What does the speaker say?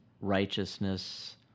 righteousness